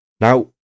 Now